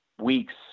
weeks